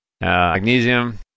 Magnesium